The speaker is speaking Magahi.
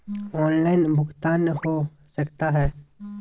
ऑनलाइन भुगतान हो सकता है?